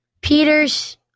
Peters